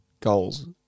Goals